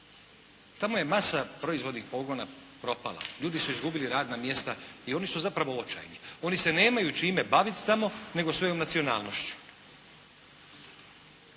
Tamo je masa proizvodnih pogona propala, ljudi su izgubili radna mjesta i oni su zapravo očajni. Oni se nemaju čime baviti tamo nego svojom nacionalnošću.